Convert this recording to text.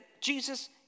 Jesus